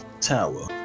tower